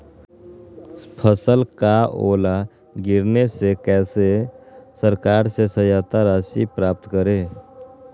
फसल का ओला गिरने से कैसे सरकार से सहायता राशि प्राप्त करें?